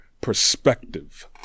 perspective